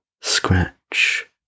scratch